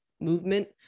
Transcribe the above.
movement